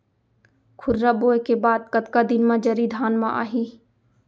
खुर्रा बोए के बाद कतका दिन म जरी धान म आही?